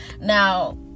now